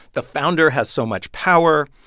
the founder has so much power.